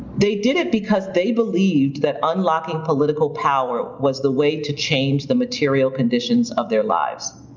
they did it because they believed that unlocking political power was the way to change the material conditions of their lives.